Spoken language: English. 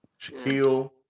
Shaquille